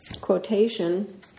quotation